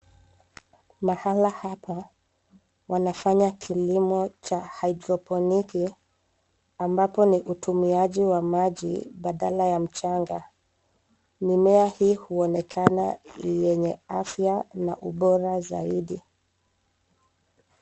Mahala hapa wanafanya kilimo cha hidroponiki ambapo ni hutumiaji wa maji badala ya mchanga. Mimea hii huonekana yenye afya na ubora zaidi.